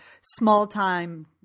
small-time